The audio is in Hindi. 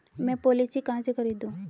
मैं पॉलिसी कहाँ से खरीदूं?